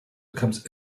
becomes